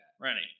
Rennie